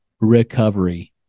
recovery